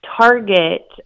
target